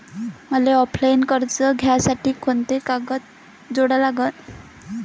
मले ऑफलाईन कर्ज घ्यासाठी कोंते कागद जोडा लागन?